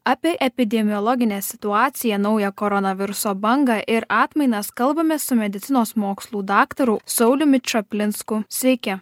apie epidemiologinę situaciją naują koronaviruso bangą ir atmainas kalbamės su medicinos mokslų daktaru sauliumi čaplinsku sveiki